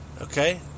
Okay